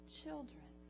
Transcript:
children